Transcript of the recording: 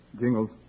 Jingles